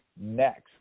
next